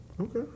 okay